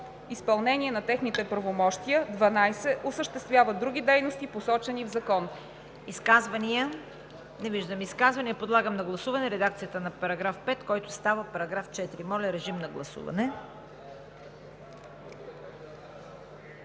изпълнение на техните правомощия; 12. осъществява други дейности, посочени в закон.“